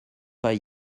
pas